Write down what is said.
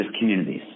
communities